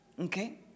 Okay